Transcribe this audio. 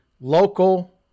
local